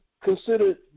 considered